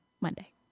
Monday